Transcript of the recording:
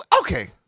Okay